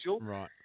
Right